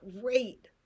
great